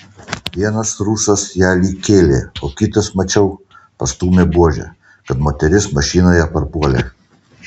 vienas rusas ją lyg kėlė o kitas mačiau pastūmė buože kad moteris mašinoje parpuolė